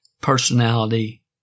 personality